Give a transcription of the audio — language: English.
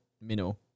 minnow